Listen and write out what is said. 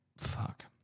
fuck